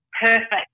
perfect